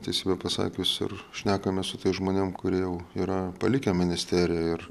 teisybę pasakius ir šnekamės su tais žmonėm kurie jau yra palikę ministeriją ir